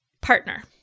partner